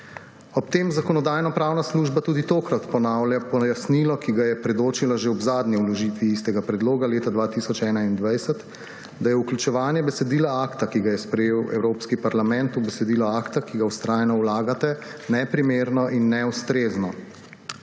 Ob tem Zakonodajno-pravna služba tudi tokrat ponavlja pojasnilo, ki ga je predočila že ob zadnji vložitvi istega predloga leta 2021 – da je vključevanje besedila akta, ki ga je sprejel Evropski parlament, v besedilo akta, ki ga vztrajno vlagate, neprimerno in neustrezno.